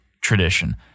tradition